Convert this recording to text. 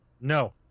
No